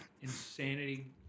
insanity